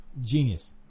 Genius